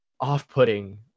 off-putting